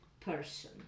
person